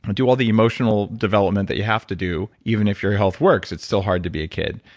do all the emotional development that you have to do, even if your health works, it's still hard to be a kid.